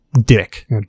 dick